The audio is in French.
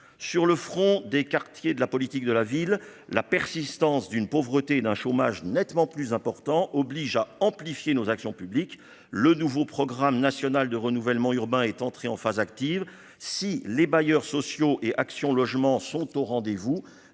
sur le front des quartiers de la politique de la ville, la persistance d'une pauvreté et d'un chômage nettement plus important oblige à amplifier nos actions publiques le nouveau programme national de renouvellement urbain est entré en phase active si les bailleurs sociaux et Action logement sont au rendez-vous,